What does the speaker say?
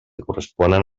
corresponen